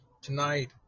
Tonight